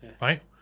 right